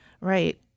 Right